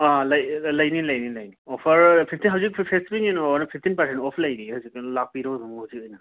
ꯂꯩꯌꯦ ꯂꯩꯅꯤ ꯂꯩꯅꯤ ꯂꯩꯅꯤ ꯑꯣꯐꯔ ꯐꯤꯐꯇꯤꯟ ꯍꯧꯖꯤꯛ ꯐꯦꯁꯇꯤꯕꯦꯜꯒꯤ ꯐꯤꯐꯇꯤꯟ ꯄꯥꯔꯁꯦꯟ ꯑꯣꯐ ꯂꯩꯔꯤꯌꯦ ꯍꯧꯖꯤꯛ ꯂꯥꯛꯄꯤꯔꯣ ꯑꯗꯨꯝ ꯍꯧꯖꯤꯛ ꯑꯣꯏꯅ